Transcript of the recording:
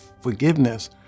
forgiveness